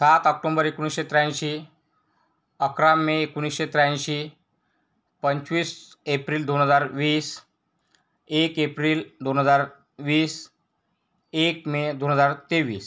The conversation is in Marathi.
सात ऑक्टोंबर एकोणीसशे त्र्याऐंशी अकरा मे एकोणीसशे त्र्याऐंशी पंचवीस एप्रिल दोन हजार वीस एक एप्रिल दोन हजार वीस एक मे दोन हजार तेवीस